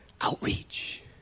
outreach